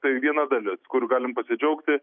tai viena dalis kur galim pasidžiaugti